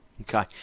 Okay